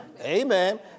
Amen